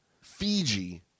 Fiji